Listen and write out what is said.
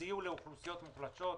וסייעו לאוכלוסיות מוחלשות,